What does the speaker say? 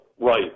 right